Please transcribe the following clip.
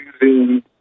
using